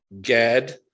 Gad